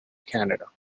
canada